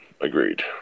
agreed